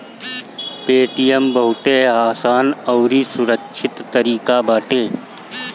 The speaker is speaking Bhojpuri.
पेटीएम बहुते आसान अउरी सुरक्षित तरीका बाटे